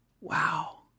wow